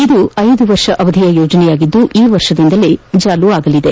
ಇದು ಐದು ವರ್ಷ ಅವಧಿಯ ಯೋಜನೆಯಾಗಿದ್ದು ಈ ವರ್ಷದಿಂದಲೇ ಜಾರಿಯಾಗಲಿದೆ